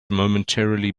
momentarily